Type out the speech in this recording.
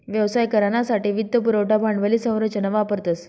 व्यवसाय करानासाठे वित्त पुरवठा भांडवली संरचना वापरतस